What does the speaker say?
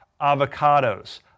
avocados